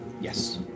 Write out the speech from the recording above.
Yes